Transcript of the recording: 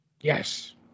Yes